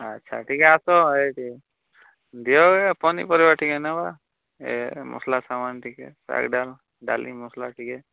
ଆଚ୍ଛା ଟିକେ ଆସ ଏଇଠି ଦିଅ ହେ ପନିପରିବା ଟିକେ ନେବା ଏ ମସଲା ସାମାନ୍ ଟିକେ ଡାଲି ମସଲା ଟିକେ